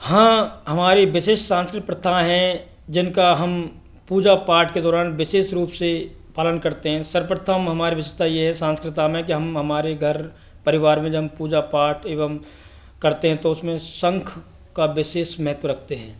हाँ हमारी विशेष सांस्कृतिक प्रथा है जिनका हम पूजा पाठ के दौरान विशेष रूप से पालन करते हैं सर्वप्रथम हमारी विशेषता ये है संस्कृति के हम हमारे घर परिवार में जब पूजा पाठ एवं करते हैं तो उसमें शंख का विशेष महत्व रखते हैं